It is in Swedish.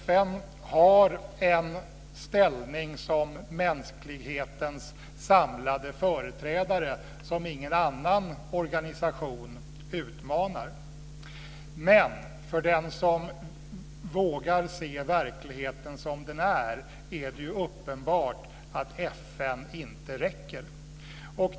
FN har en ställning som mänsklighetens samlade företrädare som ingen annan organisation utmanar. Men det är uppenbart, för den som vågar se verkligheten som den är, att FN inte räcker.